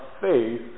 faith